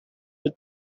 but